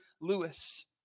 Lewis